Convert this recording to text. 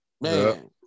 Man